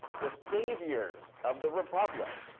the saviors of the republic,